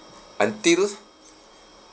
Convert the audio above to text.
until